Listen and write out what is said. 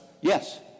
Yes